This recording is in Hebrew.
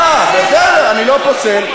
אה, בסדר, אני לא פוסל.